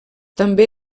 també